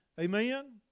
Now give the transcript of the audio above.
amen